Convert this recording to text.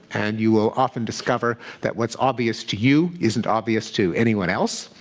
and you will often discover that what's obvious to you isn't obvious to anyone else.